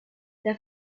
der